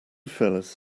fellas